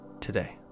today